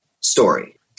story